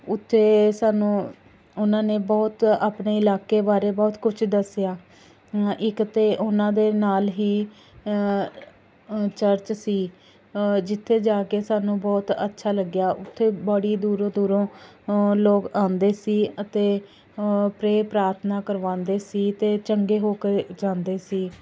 ਉੱਥੇ ਸਾਨੂੰ ਉਹਨਾਂ ਨੇ ਬਹੁਤ ਆਪਣੇ ਇਲਾਕੇ ਬਾਰੇ ਬਹੁਤ ਕੁਛ ਦੱਸਿਆ ਇੱਕ ਤਾਂ ਉਹਨਾਂ ਦੇ ਨਾਲ ਹੀ ਚਰਚ ਸੀ ਜਿੱਥੇ ਜਾ ਕੇ ਸਾਨੂੰ ਬਹੁਤ ਅੱਛਾ ਲੱਗਿਆ ਉੱਥੇ ਬੜੀ ਦੂਰੋਂ ਦੂਰੋਂ ਲੋਕ ਆਉਂਦੇ ਸੀ ਅਤੇ ਪ੍ਰੇ ਪ੍ਰਾਰਥਨਾ ਕਰਵਾਉਂਦੇ ਸੀ ਅਤੇ ਚੰਗੇ ਹੋ ਕੇ ਜਾਂਦੇ ਸੀ